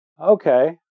Okay